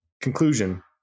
conclusion